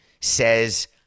says